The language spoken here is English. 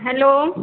hello